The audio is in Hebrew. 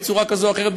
בצורה כזו או אחרת,